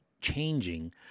changing